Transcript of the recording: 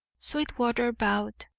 sweetwater bowed.